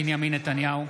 (קורא בשמות חברי הכנסת) בנימין נתניהו,